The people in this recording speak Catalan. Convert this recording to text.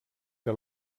que